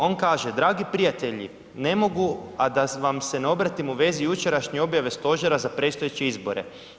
On kaže, dragi prijatelji ne mogu a da vam se ne objavim u vezi jučerašnje objave stožera za predstojeće izbore.